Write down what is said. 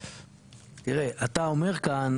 תראה, אתה אומר כאן